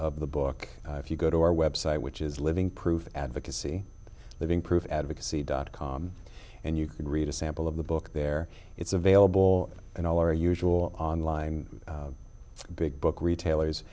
of the book if you go to our website which is living proof advocacy living proof advocacy dot com and you can read a sample of the book there it's available in our usual online big book retailers